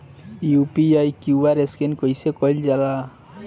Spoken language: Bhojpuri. यू.पी.आई क्यू.आर स्कैन कइसे कईल जा ला?